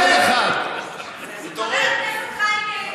חבר הכנסת חיים ילין,